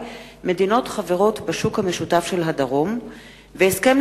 (מדינות חברות בשוק המשותף של הדרום); הסכם